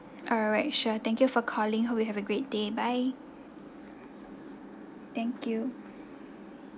alright sure thank you for calling hope you have a great day bye thank you